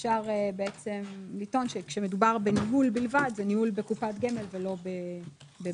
אפשר לטעון שכאשר מדובר בניהול בלבד זה ניהול בקופת גמל ולא בבנק.